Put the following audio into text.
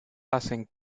hacen